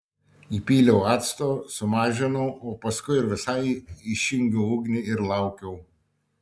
įpyliau acto sumažinau o paskui ir visai išjungiau ugnį ir laukiau